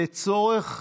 לצורך